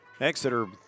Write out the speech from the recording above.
Exeter